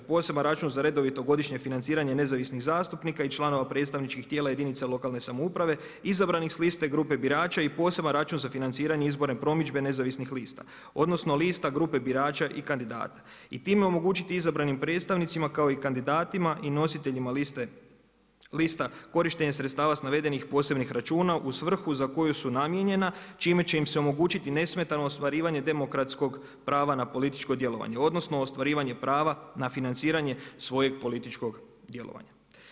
Poseban račun za redovito godišnje financiranje nezavisnih zastupnika i članova predstavničkih tijela jedinica lokalne samouprave izabranih s liste grupe birača i poseban račun za financiranje izborne promidžbe nezavisnih lista, odnosno, lista grupe birača i kandidata i time omogućiti izabranim predstavnicima kao i kandidatima i nositelja lista korištenje sredstava s navedenih posebnih računa, u svrhu za koju su namijenjena, čime će se omogućiti nesmetano ostvarivanje demokratskog prava na političko djelovanje, odnosno, ostvarivanje prava na financiranje svojeg političkog djelovanja.